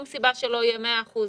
אין שום סיבה שלא יהיו 100 אחוזים,